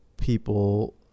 people